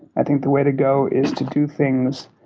i think the way to go is to do things